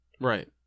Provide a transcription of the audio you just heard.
right